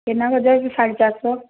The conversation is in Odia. ତିନି ହଜାର ସାଢ଼େ ଚାରି ଶହ